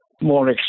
more